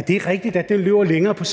Det er rigtigt, at det løber længere, på samme måde